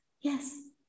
yes